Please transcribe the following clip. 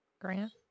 Grant